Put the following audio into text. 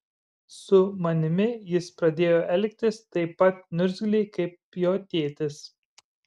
su manimi jis pradėjo elgtis taip pat niurzgliai kaip jo tėtis